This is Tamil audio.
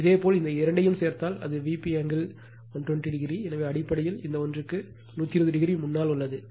இதேபோல் இந்த இரண்டையும் சேர்த்தால் அது ஆங்கிள் 120o எனவே அடிப்படையில் இந்த ஒன்றிக்கு 120o முன்னால் உள்ளது